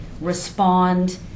respond